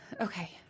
Okay